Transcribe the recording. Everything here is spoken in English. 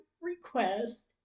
request